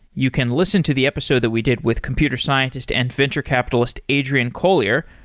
you can listen to the episode that we did with computer scientist and venture capitalist, adrian colyer,